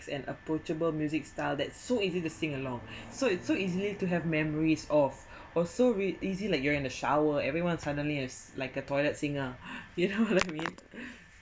and approachable music style that so easy to sing along so it's so easily to have memories of also really easy like you're in a shower everyone suddenly is like a toilet singer you know what I mean